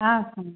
ಹಾಂ ಸ್ವಾಮಿ